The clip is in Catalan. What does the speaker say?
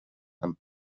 amb